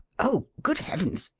oh, good heavens!